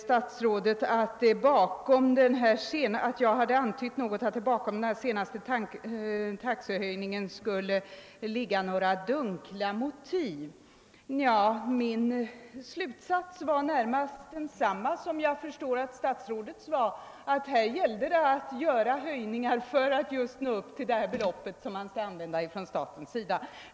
Statsrådet Aspling sade att jag hade antytt att det bakom den senaste taxehöjningen skulle ligga några dunkla motiv. Min slutsats var närmast densamma som jag förstår att statsrådet kommit fram till: Här gällde det att göra taxehöjningar för att nå upp till det belopp för vilket staten skall teckna aktier.